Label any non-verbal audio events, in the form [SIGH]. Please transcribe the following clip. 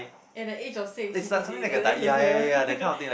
at the age of six he did it and then age of seven [LAUGHS]